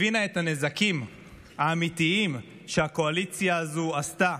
הבינה את הנזקים האמיתיים שהקואליציה הזו עשתה